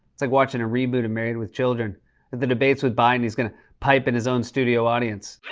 it's like watching a reboot of married with children. at the debates with biden, he's going to pipe in his own studio audience.